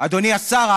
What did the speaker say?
אדוני השר,